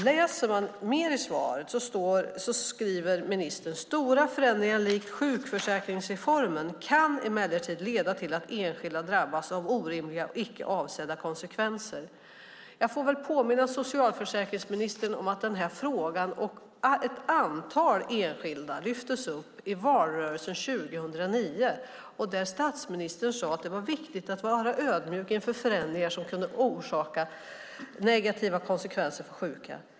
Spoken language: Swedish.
Vidare i svaret skriver ministern: Stora förändringar likt sjukförsäkringsreformen kan emellertid leda till att enskilda drabbas av orimliga och icke avsedda konsekvenser. Jag får påminna socialförsäkringsministern om att denna fråga och ett antal enskilda lyftes upp 2009 och i valrörelsen. Då sade statsministern att det är viktigt att vara ödmjuk inför förändringar som kunde orsaka negativa konsekvenser för sjuka.